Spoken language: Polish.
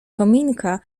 kominka